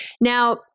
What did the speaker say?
Now